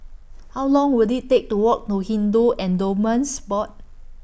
How Long Will IT Take to Walk to Hindu Endowments Board